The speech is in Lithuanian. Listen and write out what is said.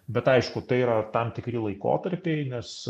bet aišku tai yra tam tikri laikotarpiai nes